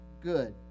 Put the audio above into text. good